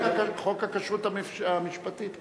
מה שחוק הכשרות המשפטית קובע.